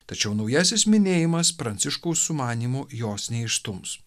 tačiau naujasis minėjimas pranciškaus sumanymu jos neišstums